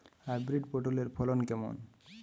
Hybrid পটলের ফলন কেমন?